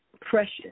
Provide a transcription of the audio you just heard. precious